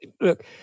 look